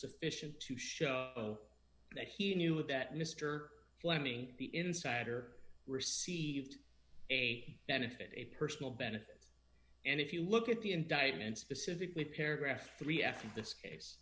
sufficient to show that he knew that mr fleming the insider received a benefit a personal benefit and if you look at the indictment specifically paragraph three f in this case